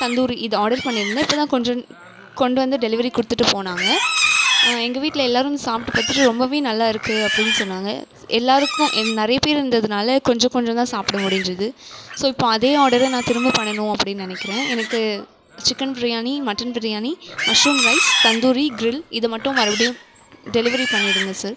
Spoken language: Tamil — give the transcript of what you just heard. தந்தூரி இது ஆடர் பண்ணியிருந்தேன் இப்போ தான் கொஞ்சம் கொண்டு வந்து டெலிவரி கொடுத்துட்டு போனாங்க எங்கள் வீட்டில் எல்லாேரும் அதை சாப்பிட்டு பார்த்துட்டு ரொம்பவே நல்லாயிருக்குது அப்படின் சொன்னாங்க எல்லாேருக்கும் நிறைய பேர் இருந்ததுனால் கொஞ்சம் கொஞ்சம் தான் சாப்பிட முடிஞ்சுது ஸோ இப்போ அதே ஆடரை நான் திரும்ப பண்ணணும் அப்படின் நினைக்கிறேன் எனக்கு chicken biryani mutton biryani mushroom rice tandoori grill இது மட்டும் மறுபடியும் டெலிவரி பண்ணிவிடுங்க சார்